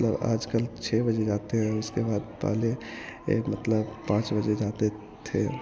मतलब आजकल छह बजे जाते हैं उसके बाद पहले मतलब पाँच बजे जाते थे